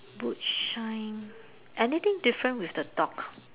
boot shine anything different with the dog